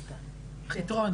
חיטרון,